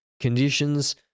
conditions